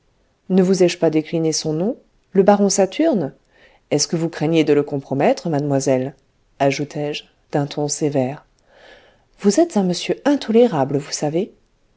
ne vous ai-je pas décliné son nom le baron saturne est-ce que vous craignez de le compromettre mademoiselle ajoutai-je d'un ton sévère vous êtes un monsieur intolérable vous savez